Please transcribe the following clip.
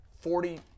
forty